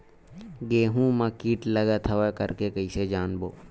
गेहूं म कीट लगत हवय करके कइसे जानबो?